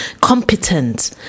competent